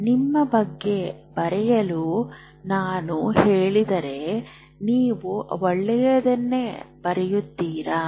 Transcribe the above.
ನಿಮ್ಮ ಬಗ್ಗೆ ಬರೆಯಲು ನಾನು ಕೇಳಿದರೆ ನೀವು ಒಳ್ಳೆಯದನ್ನು ಬರೆಯುತ್ತೀರಿ